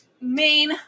main